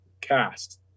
cast